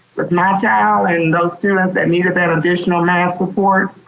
with my child, and those students that needed that additional math support,